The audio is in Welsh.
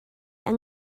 yng